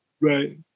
Right